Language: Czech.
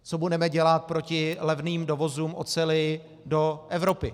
Co budeme dělat proti levným dovozům oceli do Evropy?